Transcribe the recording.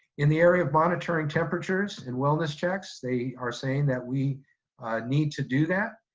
in the area of monitoring temperatures and wellness checks, they are saying that we need to do that.